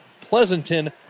Pleasanton